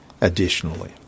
additionally